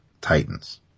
Titans